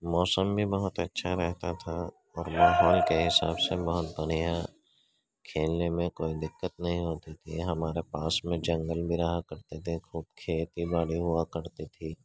موسم بھی بہت اچھا رہتا تھا اور ماحول کے حساب سے بہت بڑھیا کھیلنے میں کوئی دقت نہیں ہوتی تھی ہمارا پاس میں جنگل میں رہا کرتے تھے خوب کھیتی باڑی ہوا کرتی تھی